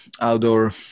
outdoor